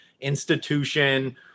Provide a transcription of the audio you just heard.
institution